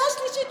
קריאה שלישית,